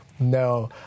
No